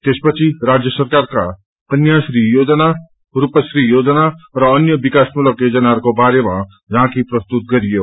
त्यपछि राज्य सरकाका कन्याश्री योजना रूपश्री योजना र अन्य विकासमूलक योजनाहरूको बारेमा झाँकी प्रस्तुत गरियो